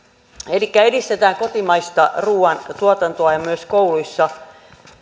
elikkä edistetään kotimaista ruoantuotantoa ja kotimaisuutta myös kouluissa